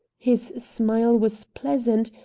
his smile was pleasant,